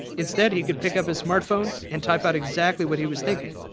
instead he could pick up his smart phone and type out exactly what he was thinking.